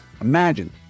Imagine